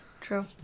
True